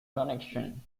connection